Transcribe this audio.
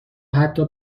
حتی